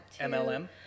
MLM